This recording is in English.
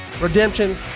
Redemption